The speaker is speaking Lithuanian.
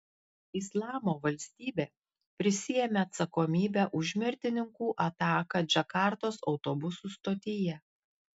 islamo valstybė prisiėmė atsakomybę už mirtininkų ataką džakartos autobusų stotyje